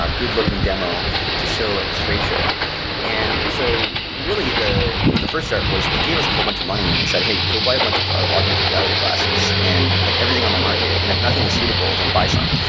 ah good-looking demo to show at this tradeshow and so really, the the first start was they gave us a whole bunch of money and they said, hey, go buy a bunch of augmented reality glasses. and like everything on the market. and if nothing is suitable, then buy some.